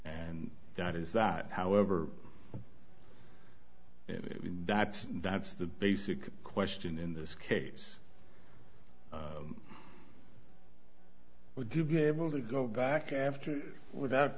and that is that however that's that's the basic question in this case would you be able to go back after it without